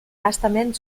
bastament